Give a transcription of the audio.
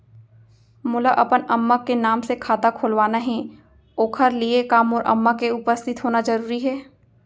मोला अपन अम्मा के नाम से खाता खोलवाना हे ओखर लिए का मोर अम्मा के उपस्थित होना जरूरी हे?